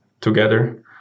together